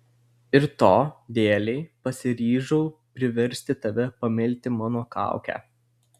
ir to dėlei pasiryžau priversti tave pamilti mano kaukę